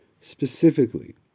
Specifically